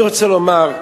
למה